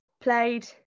played